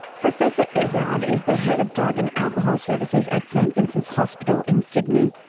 professor ezard is the head of drug and alcohol services at st vincent's hospital in sydney,